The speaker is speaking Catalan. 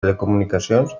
telecomunicacions